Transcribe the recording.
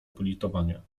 politowania